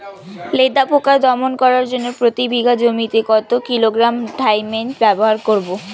লেদা পোকা দমন করার জন্য প্রতি বিঘা জমিতে কত কিলোগ্রাম থাইমেট ব্যবহার করব?